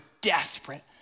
desperate